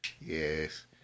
yes